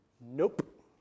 Nope